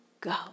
go